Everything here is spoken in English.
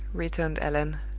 returned allan.